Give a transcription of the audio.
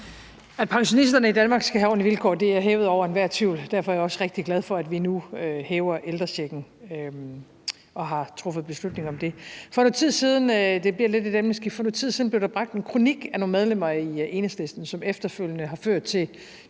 At pensionisterne i Danmark skal have ordentlige vilkår, er hævet over enhver tvivl. Derfor er jeg også rigtig glad for, at vi nu har truffet beslutning om at forhøje ældrechecken . Nu bliver det lidt et emneskift. For noget tid siden blev der bragt en kronik af nogle medlemmer af Enhedslisten, som efterfølgende har ført til